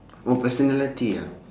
oh personality ah